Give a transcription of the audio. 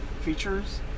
features